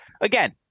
again